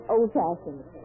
Old-fashioned